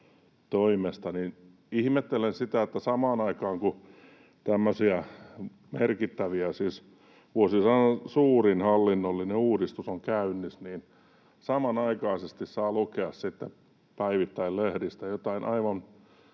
Ihmettelen sitä, että samaan aikaan kun tämmöinen merkittävä, siis vuosisadan suurin hallinnollinen uudistus on käynnissä, niin samanaikaisesti saa lukea sitten päivittäin lehdistä jotain aivan